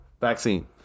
Vaccine